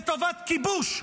לטובת כיבוש,